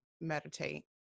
meditate